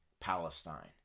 Palestine